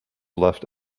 left